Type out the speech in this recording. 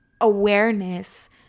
awareness